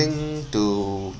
to